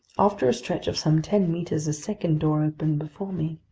after a stretch of some ten meters, a second door opened before me.